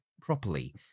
properly